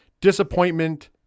disappointment